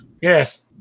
Yes